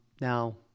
Now